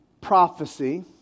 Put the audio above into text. prophecy